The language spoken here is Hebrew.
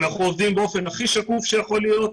אנחנו עובדים באופן הכי שקוף שיכול להיות,